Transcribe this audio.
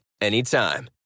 anytime